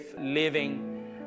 living